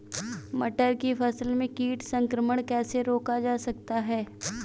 मटर की फसल में कीट संक्रमण कैसे रोका जा सकता है?